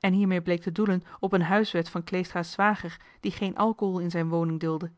en hiermee bleek te doelen op een johan de meester de zonde in het deftige dorp huiswet van kleestra's zwager die geen alcohol in zijn woning duldde